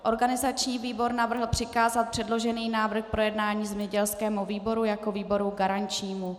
Organizační výbor navrhl přikázat předložený návrh k projednání zemědělskému výboru jako výboru garančnímu.